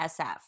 sf